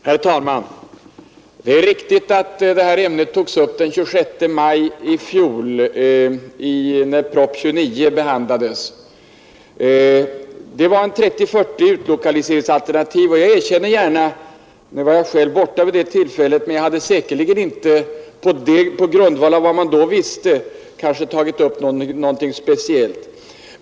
Herr talman! Det är riktigt att det här ämnet togs upp den 26 maj i fjol när propositionen 29 behandlades. Det gällde 30-40 utlokaliseringsalternativ. Nu var jag själv borta vid det tillfället, men jag erkänner gärna att jag säkerligen inte på grundval av vad man då visste hade tagit upp någonting speciellt.